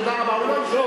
תודה רבה, הוא לא ישאל.